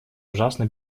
ужасно